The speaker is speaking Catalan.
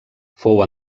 fou